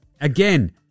Again